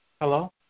Hello